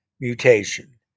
mutation